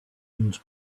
and